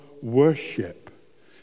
worship